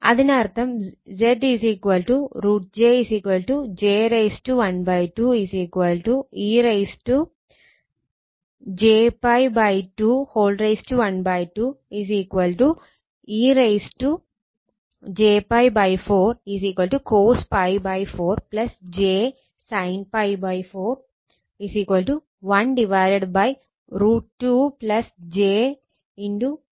അതിനർത്ഥം Z √ j j 1 2 e j 𝜋 2 ½ e j 𝜋 4 cos π 4 j sin π 4 1 √ 2 j 1 √2